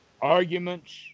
arguments